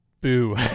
Boo